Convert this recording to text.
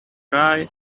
cry